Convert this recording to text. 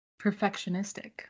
perfectionistic